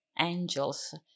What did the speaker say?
angels